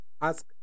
ask